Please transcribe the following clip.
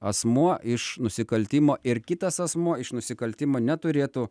asmuo iš nusikaltimo ir kitas asmuo iš nusikaltimo neturėtų